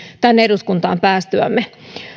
tänne eduskuntaan päästyämme